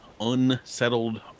unsettled